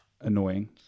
annoying